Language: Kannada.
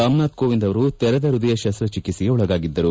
ರಾಮನಾಥ್ ಕೋವಿಂದ್ ಅವರು ತೆರೆದ ಪ್ಪದಯ ಶಸ್ತ ಚಿಕಿತ್ಸೆಗೆ ಒಳಗಾಗಿದ್ದರು